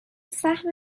سهم